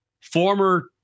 former